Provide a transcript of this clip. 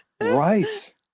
Right